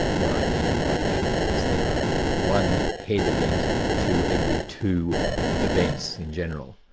what i mean by that is there are one head event to every two events in general.